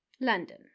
London